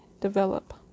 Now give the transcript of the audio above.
develop